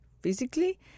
physically